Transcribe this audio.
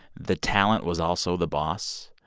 the talent was also the boss.